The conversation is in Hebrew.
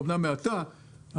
אמנם מעטה,